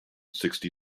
sixty